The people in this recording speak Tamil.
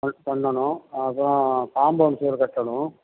அது பண்ணணும் அதுதான் காம்பௌண்ட் சுவர் கட்டணும்